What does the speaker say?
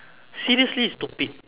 seriously stupid